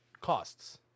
costs